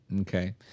Okay